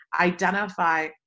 Identify